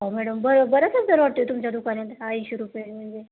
अहो मॅडम बरं बरच दर वाटतोय तुमच्या दुकानात ऐंशी रुपये म्हणजे